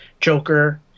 Joker